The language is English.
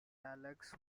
alex